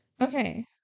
Okay